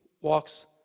walks